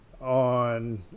on